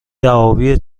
دعاوی